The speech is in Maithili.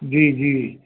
जी जी